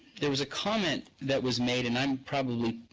there was a comment that was made and i'm probably